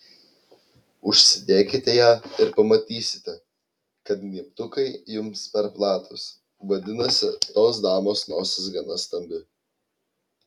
užsidėkite ją ir pamatysite kad gnybtukai jums per platūs vadinasi tos damos nosis gana stambi